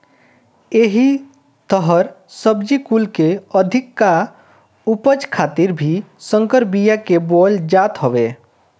एही तहर सब्जी कुल के अधिका उपज खातिर भी संकर बिया के बोअल जात हवे